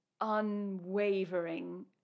unwavering